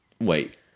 Wait